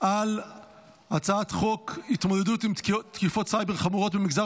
על הצעת חוק התמודדות עם תקיפות סייבר חמורות במגזר